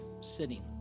sitting